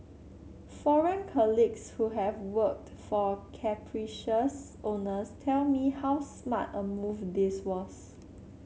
foreign colleagues who have worked for capricious owners tell me how smart a move this was